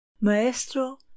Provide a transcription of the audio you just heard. Maestro